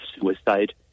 suicide